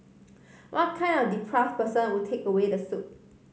what kind of deprave person would take away the soup